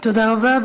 תודה רבה.